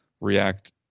react